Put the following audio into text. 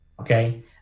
Okay